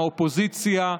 מהאופוזיציה,